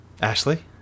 Ashley